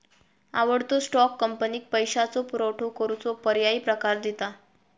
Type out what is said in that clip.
आवडतो स्टॉक, कंपनीक पैशाचो पुरवठो करूचो पर्यायी प्रकार दिता